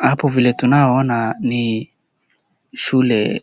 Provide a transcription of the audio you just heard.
Hapo vile tunaonaona ni Shule,